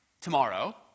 tomorrow